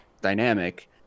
dynamic